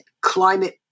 climate